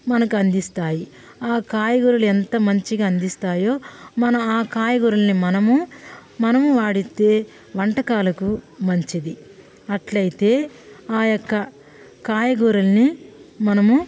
మనకు అందిస్తాయి ఆ కాయగూరలు ఎంత మంచిగా అందిస్తాయో మనము ఆ కాయగూరలని మనము మనము వాడితే వంటకాలకు మంచిది అట్లయితే ఆ యొక్క కాయగూరలని మనము